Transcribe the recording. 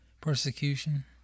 persecution